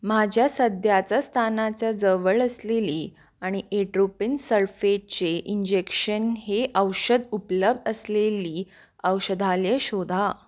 माझ्या सध्याचं स्थानाच्या जवळ असलेली आणि एट्रोपिन सल्फेटचे इंजेक्शन हे औषध उपलब्ध असलेली औषधालये शोधा